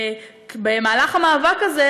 במהלך המאבק הזה,